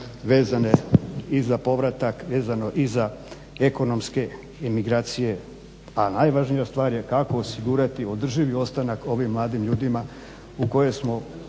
vezane i za povratak, vezano i za ekonomske emigracije, a najvažnija stvar je kako osigurati održivi ostanak ovim mladim ljudima u koje smo